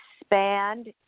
expand